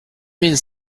mille